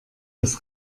das